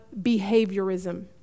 behaviorism